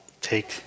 take